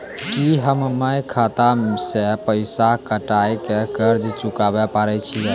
की हम्मय खाता से पैसा कटाई के कर्ज चुकाबै पारे छियै?